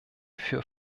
für